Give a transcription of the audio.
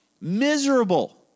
Miserable